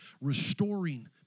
restoring